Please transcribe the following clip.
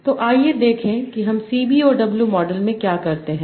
तो आइए देखें कि हम CBOW मॉडल में क्या करते हैं